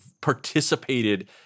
participated